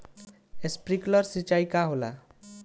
Sprinkler सिंचाई का होला?